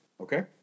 Okay